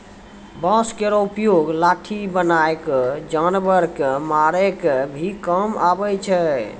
बांस केरो उपयोग लाठी बनाय क जानवर कॅ मारै के भी काम आवै छै